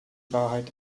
wahrheit